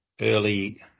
early